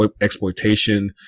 exploitation